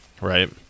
right